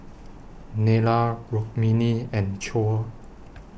Neila Rukmini and Choor